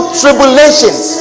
tribulations